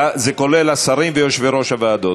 כולל השרים ויושבי-ראש הוועדות.